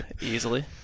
Easily